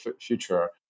future